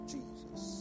Jesus